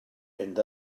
mynd